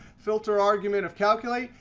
filter argument of calculate.